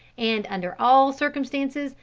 and under all circumstances,